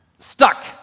Stuck